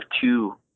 two